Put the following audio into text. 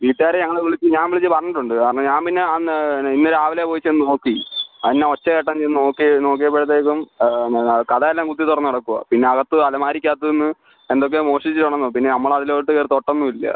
വീട്ടുകാരെ ഞങ്ങൾ വിളിച്ച് ഞാൻ വിളിച്ച് പറഞ്ഞിട്ടുണ്ട് കാരണം ഞാൻ പിന്നെ അന്ന് ഇന്ന് രാവിലെ പോയി ചെന്ന് നോക്കി അത് എന്നാ ഒച്ച കേട്ടതെന്ന് ഞാൻ നോക്കിയത് നോക്കിയപ്പോഴത്തേക്കും മെല്ലെ കതക് എല്ലാം കുത്തി തുറന്ന് കിടക്കുവാണ് പിന്നെ അകത്ത് അലമാരിക്ക് അകത്ത് നിന്ന് എന്തൊക്കെയോ മോഷ്ടിച്ച് കാണണം പിന്നെ നമ്മൾ അതിലോട്ട് കയറി തൊട്ടൊന്നും ഇല്ല